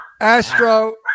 Astro